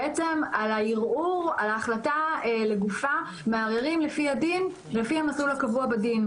בעצם על הערעור על ההחלטה לגופה מערערים לפי המסלול הקבוע בדין.